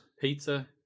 pizza